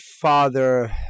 father